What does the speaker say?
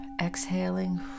Exhaling